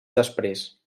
després